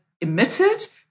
emitted